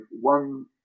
one